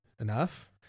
enough